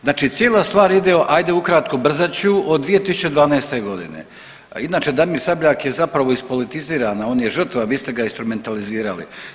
Znači cijela stvar ide ajde ukratko brzat ću, od 2012. godine, a inače Damir Sabljak je zapravo ispolitizirana, on je žrtva, vi ste ga instrumentalizirali.